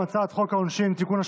הצעת חוק העונשין (תיקון,